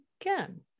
again